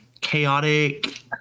chaotic